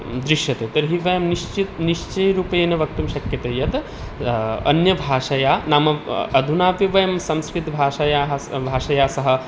दृश्यते तर्हि वयं निश्चित निश्चयरूपेण वक्तुं शक्यते यत् अन्यभाषया नाम अधुनापि वयं संस्कृतभाषायाः स् भाषया सह